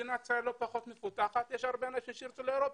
מדינת ישראל לא פחות מפותחת אבל יש הרבה אנשים שייסעו לאירופה.